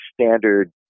standard